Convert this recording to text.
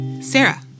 Sarah